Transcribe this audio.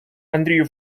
андрію